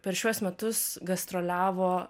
per šiuos metus gastroliavo